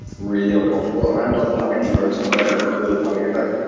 really uncomfortable, and i'm not a panicky person, but i had a full panic attack.